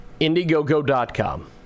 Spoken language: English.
indiegogo.com